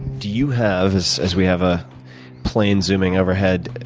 do you have as as we have a plane zooming overhead